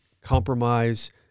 compromise